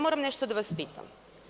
Moram nešto da vas pitam.